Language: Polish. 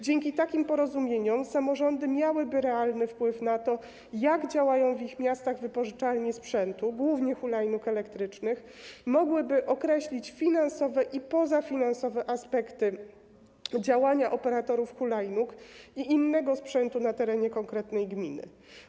Dzięki takim porozumieniom samorządy miałyby realny wpływ na to, jak działają w ich miastach wypożyczalnie sprzętu, głównie hulajnóg elektrycznych, i mogłyby określić finansowe i pozafinansowe aspekty działania operatorów hulajnóg i innego sprzętu na terenie konkretnej gminy.